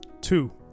Two